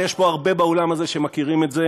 ויש פה באולם הזה רבים שמכירים את זה